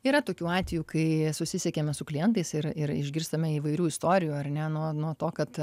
yra tokių atvejų kai susisiekiame su klientais ir ir išgirstame įvairių istorijų ar ne nuo nuo to kad